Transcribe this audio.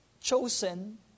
chosen